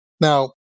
Now